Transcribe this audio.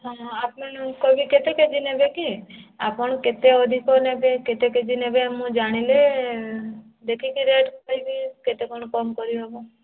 ହଁ ହଁ ଆପଣ କୋବି କେତେ କେ ଜି ନେବେ କି ଆପଣ କେତେ ଅଧିକ ନେବେ କେତେ କେଜି ନେବେ ମୁଁ ଜାଣିଲେ ଦେଖିକି ରେଟ୍ କହିବି କେତେ କ'ଣ କମ୍ କରି ହେବ